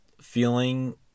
feeling